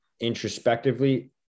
introspectively